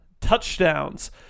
touchdowns